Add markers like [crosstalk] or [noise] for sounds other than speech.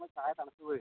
[unintelligible] ചായ തണുത്തു പോയി